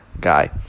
guy